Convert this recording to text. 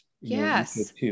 Yes